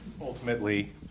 ultimately